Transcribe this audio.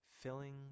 filling